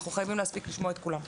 אנחנו חייבים להספיק לשמוע את כולם.